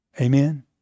Amen